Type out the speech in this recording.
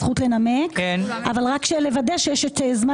אבל רק לוודא שיש לי רשות דיבור בזמן